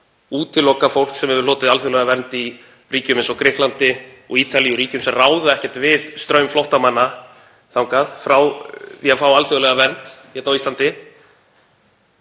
útiloka fólk sem hefur hlotið alþjóðlega vernd í ríkjum eins og Grikklandi og Ítalíu, ríkjum sem ráða ekki við straum flóttamanna þangað, frá því að fá alþjóðlega vernd á Íslandi.